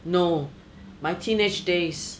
no my teenage days